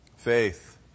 Faith